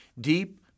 Deep